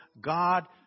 God